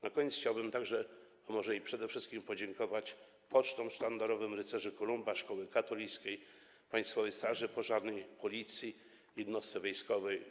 Na koniec chciałbym także - a może przede wszystkim - podziękować pocztom sztandarowym Rycerzy Kolumba, szkoły katolickiej, Państwowej Straży Pożarnej, Policji, jednostki wojskowej.